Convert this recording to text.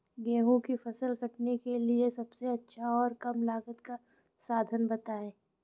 गेहूँ की फसल काटने के लिए सबसे अच्छा और कम लागत का साधन बताएं?